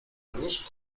luz